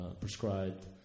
prescribed